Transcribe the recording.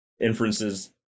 inferences